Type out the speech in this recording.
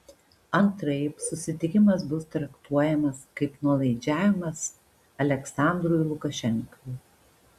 antraip susitikimas bus traktuojamas kaip nuolaidžiavimas aliaksandrui lukašenkai